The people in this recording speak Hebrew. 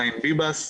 חיים ביבס,